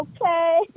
okay